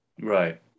Right